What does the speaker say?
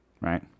Right